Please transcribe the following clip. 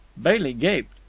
bailey gaped.